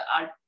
art